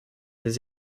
des